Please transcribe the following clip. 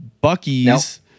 Bucky's